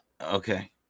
okay